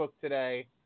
today